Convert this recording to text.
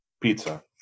pizza